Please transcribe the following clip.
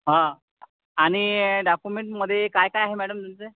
हां आणि डॉक्युमेंटमध्ये काय काय आहे मॅडम तुमचे